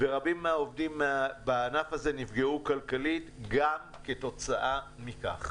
ורבים מהעובדים בענף הזה נפגעו כלכלית גם כתוצאה מכך.